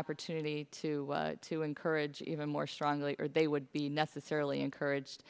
opportunity to to encourage even more strongly they would be necessarily encouraged